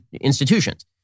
institutions